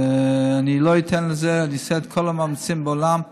אני לא אתן לזה, אני אעשה את כל המאמצים בעולם,